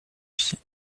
est